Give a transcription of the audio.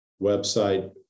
website